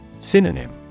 Synonym